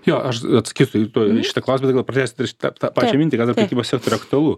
jo aš atsakysiu tuoj į šitą klausimą bet gal pratęsiu dar tą pačią mintį kas dar prekybos sektoriuj aktualu